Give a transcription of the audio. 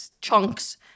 chunks